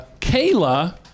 Kayla